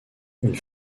une